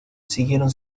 siguieron